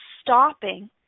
stopping